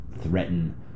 threaten